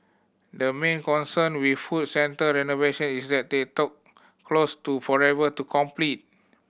the main concern with food center renovation is that they talk close to forever to complete